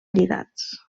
lligats